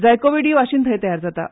जायकोवी D vaccine थंय तयार जाता